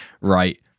right